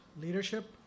leadership